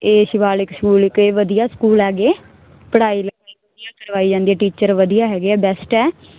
ਏ ਸ਼ਿਵਾਲਿਕ ਸ਼ਿਵੁਲਕ ਇਹ ਵਧੀਆ ਸਕੂਲ ਹੈਗੇ ਪੜਾਈ ਵਧੀਆ ਕਰਵਾਈ ਜਾਂਦੀ ਆ ਟੀਚਰ ਵਧੀਆ ਹੈਗੇ ਆ ਬੈਸਟ ਐ